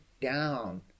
down